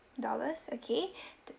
dollars okay the